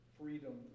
freedom